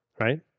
Right